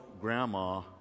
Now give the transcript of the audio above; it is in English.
Grandma